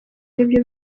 aribyo